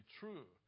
true